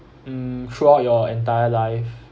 mm throughout your entire life